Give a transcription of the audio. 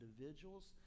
individuals